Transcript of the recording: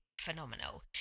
phenomenal